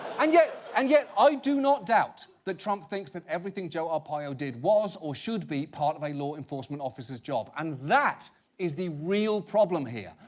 and yet, and yet, i do not doubt that trump thinks that everything joe arpaio did was or should be part of a law enforcement officer's job. and that is the real problem here.